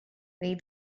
weighs